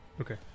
okay